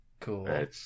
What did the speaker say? Cool